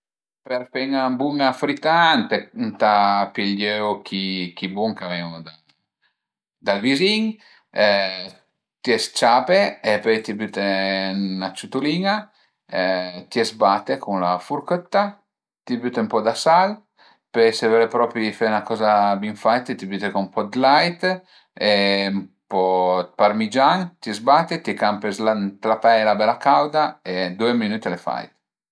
Për fe 'na bun-a frità ëntà pìé i öu chi chi bun ch'a venu da da vizin, t'ie s-ciape, pöi ti büte ën 'na ciutulin-a, t'ie zbate cun la furchëtta, t'ie büte ën po dë sal, pöi se völe propi fe 'na coza bin faita t'ie büte co ën po dë lait e ën po dë parmigian, t'ie zbate, t'ie campe ën la peila bela cauda e due minüte al e fait